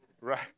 right